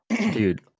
dude